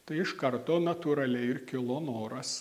tai iš karto natūraliai ir kilo noras